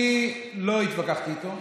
אני לא התווכחתי איתו,